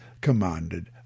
commanded